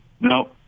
No